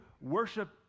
worship